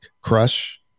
crush